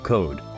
Code